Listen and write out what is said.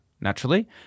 naturally